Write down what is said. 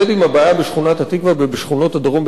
בשכונת-התקווה ובשכונות הדרום בתל-אביב,